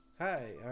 Hi